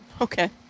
Okay